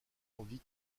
envie